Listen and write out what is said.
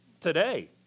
today